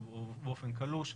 או באופן קלוש,